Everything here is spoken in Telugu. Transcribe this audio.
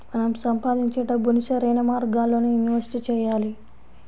మనం సంపాదించే డబ్బుని సరైన మార్గాల్లోనే ఇన్వెస్ట్ చెయ్యాలి